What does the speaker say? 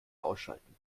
ausschalten